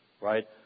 right